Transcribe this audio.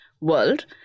world